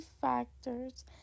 factors